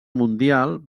mundial